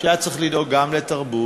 היה צריך לדאוג גם לתרבות,